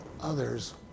others